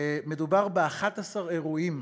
עולה כי מדובר ב-11 אירועים